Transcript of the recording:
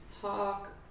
hawk